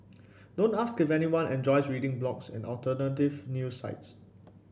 don't ask if anyone enjoys reading blogs and alternative news sites